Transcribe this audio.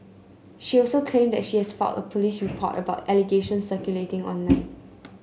she also claimed that she has filed a police report about the allegations circulating online